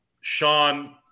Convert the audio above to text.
Sean